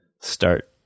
start